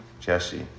Jesse